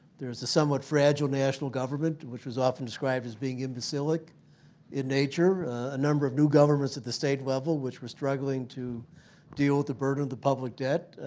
there's the somewhat fragile national government, which was often described as imbecilic in nature, a number of new governments at the state level which were struggling to deal with the burden of the public debt.